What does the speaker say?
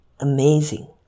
amazing